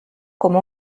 como